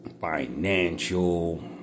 financial